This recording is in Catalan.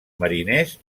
mariners